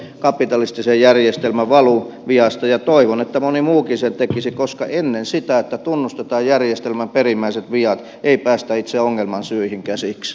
minun on helppo puhua kapitalistisen järjestelmän valuviasta ja toivon että moni muukin sen tekisi koska ennen sitä että tunnustetaan järjestelmän perimmäiset viat ei päästä itse ongelman syihin käsiksi